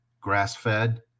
grass-fed